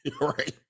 right